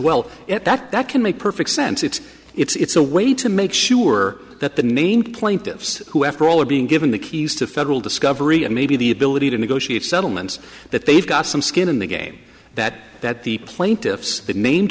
well at that that can make perfect sense it's it's a way to make sure that the named plaintiffs who after all are being given the keys to federal discovery and maybe the ability to negotiate settlements that they've got some skin in the game that that the plaintiffs that named